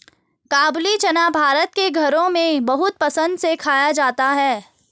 काबूली चना भारत के घरों में बहुत पसंद से खाया जाता है